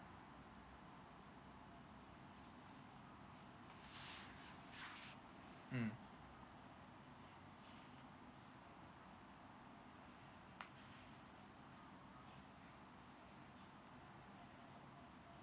mm